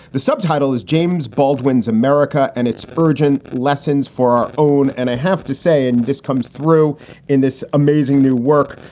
the subtitle is james baldwin's america and its urgent lessons for our own. and i have to say, and this comes through in this amazing new work,